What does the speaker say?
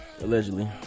allegedly